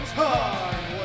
time